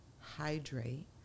hydrate